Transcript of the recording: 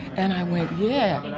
and i went, yeah,